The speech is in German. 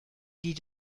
die